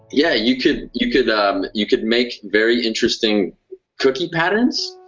yeah, you could you could um, you could make very interesting cookie patterns,